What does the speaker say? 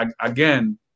again